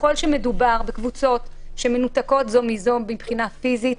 ככל שמדובר בקבוצות שמנותקות זו מזו מבחינה פיזית,